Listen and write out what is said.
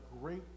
great